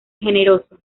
generoso